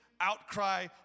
outcry